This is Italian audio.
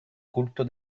culto